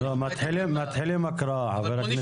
מתחילים הקראה, חבר הכנסת יואב.